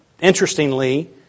interestingly